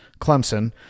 Clemson